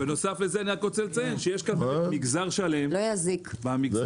לא יזיק.